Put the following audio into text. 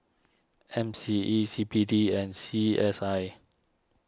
M C E C B D and C S I